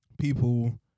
people